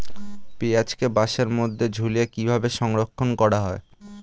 পেঁয়াজকে বাসের মধ্যে ঝুলিয়ে কিভাবে সংরক্ষণ করা হয়?